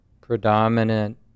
predominant